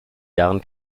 jahren